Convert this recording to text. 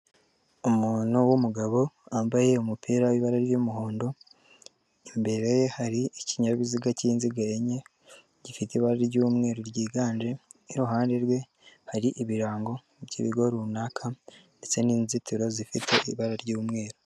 Umuntu w'umugabo wambaye umupira w'ibara ry'umuhondo imbere hari ikinyabiziga cy'inziga enye gifite ibara ry'umweru ryiganje; iruhande rwe hari ibirango by'ibigo runaka ndetse n'inzitiro zifite ibara ry'umweru